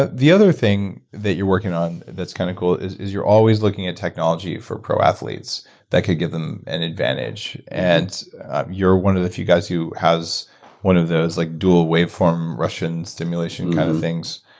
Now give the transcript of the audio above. the the other thing that you're working on that's kind of cool, is is you're always looking at technology for pro athletes that could give them an advantage. and you're one of the few guys who has one of those like, dual, waveform russian stimulation kind of things,